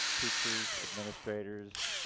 teachers, administrators,